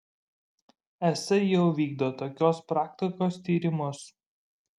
es jau vykdo tokios praktikos tyrimus